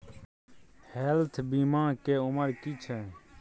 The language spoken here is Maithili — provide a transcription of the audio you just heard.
हेल्थ बीमा के उमर की छै?